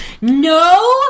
No